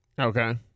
Okay